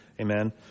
Amen